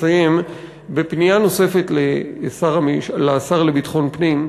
לסיים בפנייה נוספת לשר לביטחון הפנים.